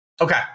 Okay